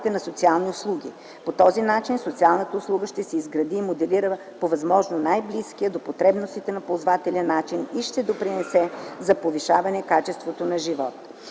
на социални услуги. По този начин социалната услуга ще се изгради и моделира по възможно най близкия до потребностите на ползвателя начин и ще допринесе за повишаване качеството на живот.